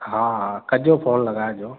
हा हा कजो फ़ोन लॻाइजो